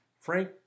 frank